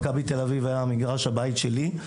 מכבי תל אביב היה מגרש הבית שלי.